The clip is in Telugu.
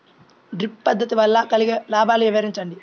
డ్రిప్ పద్దతి వల్ల కలిగే లాభాలు వివరించండి?